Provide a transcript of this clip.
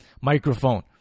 microphone